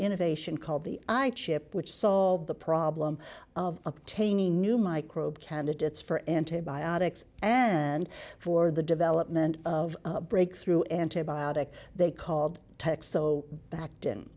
innovation called the i chip which solved the problem of obtaining new microbe candidates for antibiotics and for the development of breakthrough antibiotic they called tech so backed